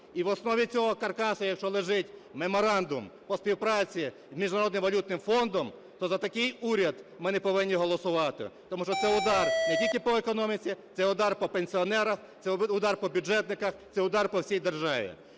І в основі цього каркасу, якщо лежить меморандум по співпраці з Міжнародним валютним фондом, то за такий уряд ми не повинні голосувати, тому що це удар не тільки по економіці, це удар по пенсіонерам, це удар по бюджетникам, це удар по всій державі.